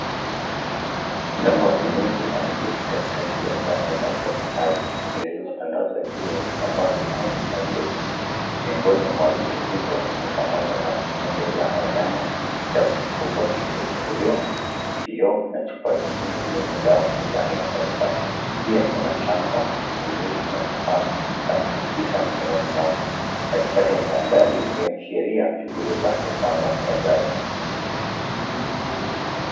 Mganga wa kienyeji ameketi katikati ya zana zake za kazi, ilizotandazwa juu ya vitambaa vyekundu na vyeusi, miongoni na vitu hivyo ni pamoja na pembe ya wanyama, kitabu kikubwa kilicho funguliwa, vioo na chupa zingine zenye dawa ya aina mbalimbali, pia kuna shanga mizizi na kifaa kutikisa mikononi mwake, katika mandhari yaliyo ashiria uganga wa jadi.